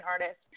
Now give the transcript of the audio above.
artist